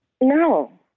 No